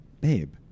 babe